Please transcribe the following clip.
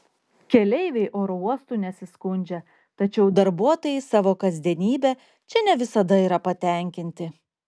keleiviai oro uostu nesiskundžia tačiau darbuotojai savo kasdienybe čia ne visada yra patenkinti